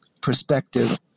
perspective